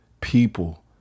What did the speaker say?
people